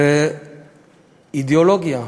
ואידיאולוגיה.